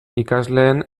ikasleen